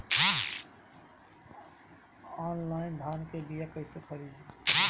Online धान के बीया कइसे खरीद करी?